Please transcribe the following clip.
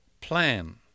plan